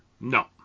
No